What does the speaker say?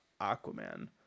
Aquaman